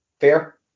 Fair